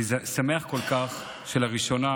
אני שמח כל כך שלראשונה